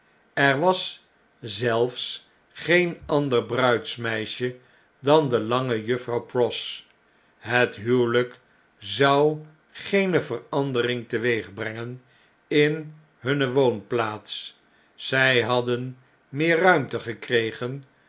er was zelfs geen ander bruidsmeisje dan de lange juffrouw pross het huwelyk zou geene verandering teweegbrengen in hunne woonplaats zy hadden meer ruimte gekregen